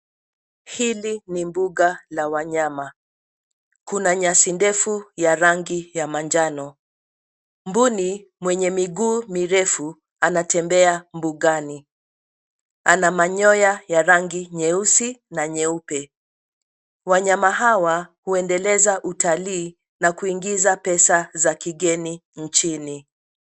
Hili ni mbuga la wanyama. Kuna nyasi ndefu ya rangi ya manjano. Mbuni mwenye miguu mirefu anatembea mbugani. Ana manyoya ya rangi nyeusi na nyeupe. Wanyama hawa huendeleza utalii na kuingiza pesa za kigeni nchini.